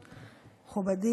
שתגני,